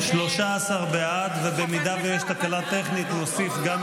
לוועדה שתקבע ועדת הכנסת נתקבלה.